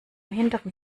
hinteren